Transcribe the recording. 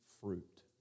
fruit